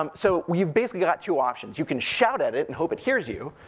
um so you've basically got two options. you can shout at it, and hope it hears you,